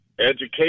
education